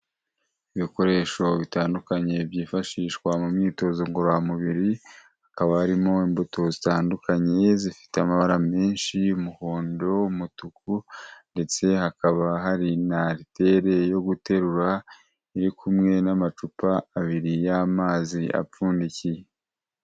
Ibikoresho bitandukanye byifashishwa mu myitozo ngororamubiri hakaba harimo imbuto zitandukanye zifite amabara menshi y'umuhondo, umutuku ndetse hakaba hari n'aritere yo guterura irikumwe n'amacupa abiri y'amazi apfundikiye.